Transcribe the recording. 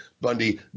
Bundy